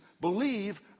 believe